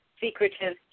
secretive